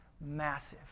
massive